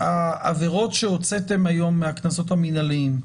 העבירות שהוצאתם היום מהקנסות המנהליים,